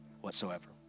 whatsoever